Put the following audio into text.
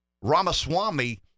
Ramaswamy